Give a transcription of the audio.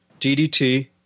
ddt